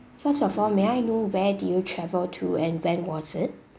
first of all may I know where did you travel to and when was it